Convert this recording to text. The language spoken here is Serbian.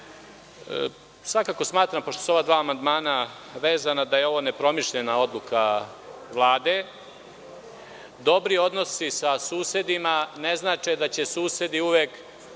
Jeste.)Svakako smatram, pošto su ova dva amandmana vezana, da je ovo nepromišljena odluka Vlade. Dobri odnosi sa susedima ne znače da će susedi uvek